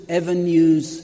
avenues